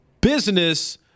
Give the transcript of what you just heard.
business